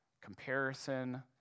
comparison